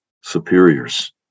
superiors